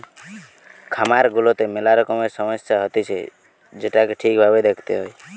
খামার গুলাতে মেলা রকমের সমস্যা হতিছে যেটোকে ঠিক ভাবে দেখতে হয়